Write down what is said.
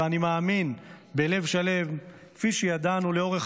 ואני מאמין בלב שלם שכפי שידענו לאורך